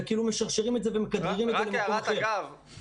ומשרשרים את זה ומכדררים את זה למקום אחר.